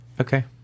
okay